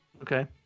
Okay